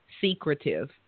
secretive